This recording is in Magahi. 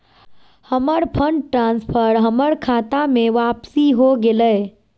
हमर फंड ट्रांसफर हमर खता में वापसी हो गेलय